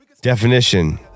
Definition